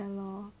ya lor